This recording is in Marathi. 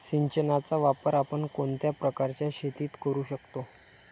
सिंचनाचा वापर आपण कोणत्या प्रकारच्या शेतीत करू शकतो?